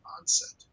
onset